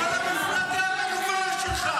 כל המפלגה המנוולת שלך,